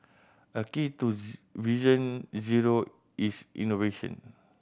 a key to Vision Zero is innovation